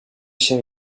się